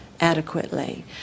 adequately